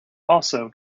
also